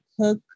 cook